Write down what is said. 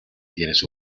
tienes